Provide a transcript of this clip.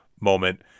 moment